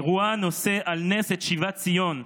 אירוע המעלה על נס את שיבת ציון,